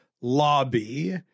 lobby